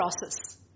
process